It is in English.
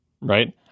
right